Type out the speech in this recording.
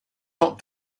not